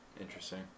Interesting